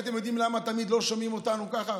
אתם יודעים למה תמיד לא שומעים אותנו ככה?